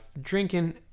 drinking